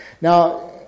Now